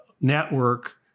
network